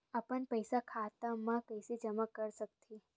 अपन पईसा खाता मा कइसे जमा कर थे?